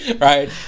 Right